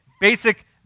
basic